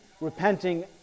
repenting